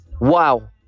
Wow